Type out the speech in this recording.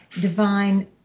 divine